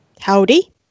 howdy